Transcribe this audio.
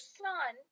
son